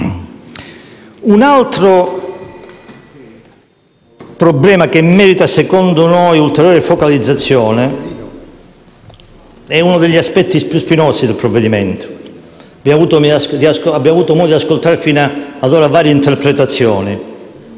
Un altro problema che merita, secondo noi, ulteriore focalizzazione è uno degli aspetti più spinosi del provvedimento, su cui abbiamo avuto modo di ascoltare finora varie interpretazioni.